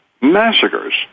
Massacres